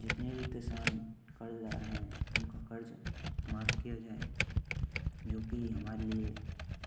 जितने भी किसान कर्ज़दार हैं उनका कर्ज़ माफ़ किया जाए जो कि हमारे लिए